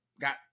got